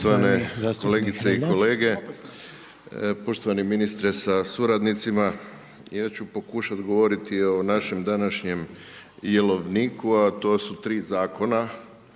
poštovani ministre sa suradnicima, ja ću pokušati govoriti o našem današnjem jelovniku, a to su tri zakona,